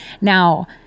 now